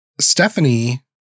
Stephanie